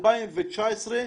2019,